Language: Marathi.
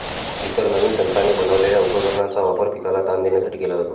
इतर नवीन तंत्राने बनवलेल्या उपकरणांचा वापर पिकाला ताण देण्यासाठी केला जातो